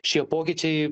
šie pokyčiai